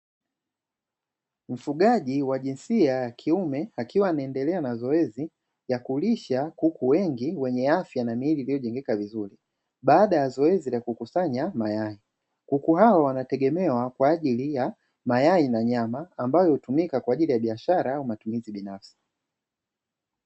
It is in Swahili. Mfugaji wa jinsia ya kiume, akiwa anaendelea na zoezi ya kulisha kuku wengi wenye afya na miili iliyojengeka vizuri, baada ya zoezi la kukusanya mayai, kuku hawa wanategemewa kwa ajili ya mayai na nyama, ambao hutumika kwa ajili ya biashara au matumizi binafsi.